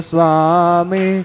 Swami